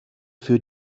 für